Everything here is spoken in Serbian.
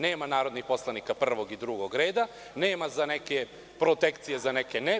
Nema narodnih poslanika prvog i drugog reda, nema za neke protekcije, a za neke ne.